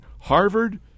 Harvard